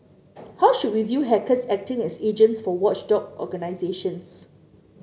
how should we view hackers acting as agents for watchdog organisations